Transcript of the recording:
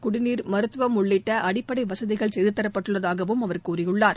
குடிநீர் மருத்துவம் உள்ளிட்ட அடிப்படை வசதிகள் செய்து தரப்பட்டுள்ளதாகவும் அவர் கூறியுள்ளார்